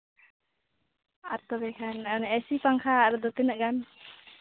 ᱟᱨ ᱛᱟᱦᱞᱮ ᱮᱥᱤ ᱯᱟᱝᱠᱷᱟ ᱨᱮᱫᱚ ᱛᱤᱱᱟᱹᱜ ᱜᱟᱱ